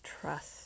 trust